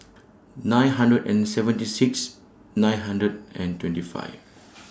nine hundred and seventy six nine hundred and twenty five